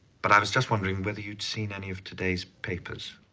but i was just wondering whether you'd seen any of today's papers.